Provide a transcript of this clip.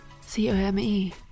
c-o-m-e